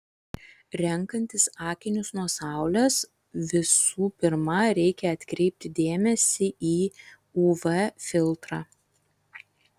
renkantis akinius nuo saulės visų pirma reikia atkreipti dėmesį į uv filtrą